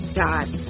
dot